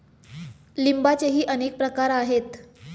लिंबाचेही अनेक प्रकार आहेत